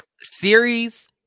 series